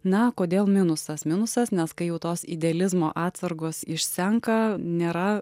na kodėl minusas minusas nes kai jau tos idealizmo atsargos išsenka nėra